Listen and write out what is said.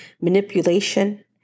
manipulation